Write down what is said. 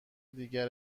دیگر